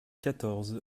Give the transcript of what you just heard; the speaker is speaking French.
quatorze